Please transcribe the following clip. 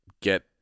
get